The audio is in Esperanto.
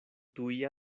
tuj